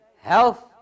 health